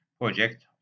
project